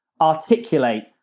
Articulate